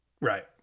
Right